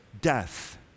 death